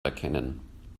erkennen